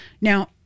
Now